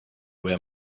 were